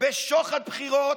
בשוחד בחירות,